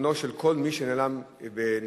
של כל מי שנברא בצלם.